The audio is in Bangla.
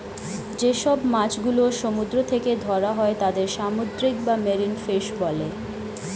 যে সব মাছ গুলো সমুদ্র থেকে ধরা হয় তাদের সামুদ্রিক বা মেরিন ফিশ বলে